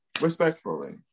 respectfully